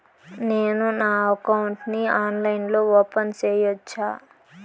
నేను నా అకౌంట్ ని ఆన్లైన్ లో ఓపెన్ సేయొచ్చా?